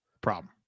Problem